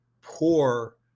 poor